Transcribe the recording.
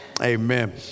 Amen